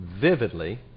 vividly